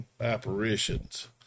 apparitions